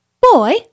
Boy